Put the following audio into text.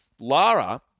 Lara